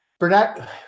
Burnett